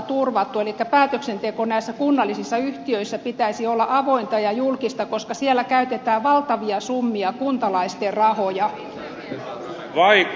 elikkä päätöksenteon näissä kunnallisissa yhtiöissä pitäisi olla avointa ja julkista koska siellä käytetään valtavia summia kuntalaisten rahoja